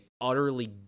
utterly